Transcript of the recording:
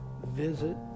visit